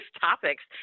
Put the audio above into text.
topics